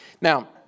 Now